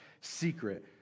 secret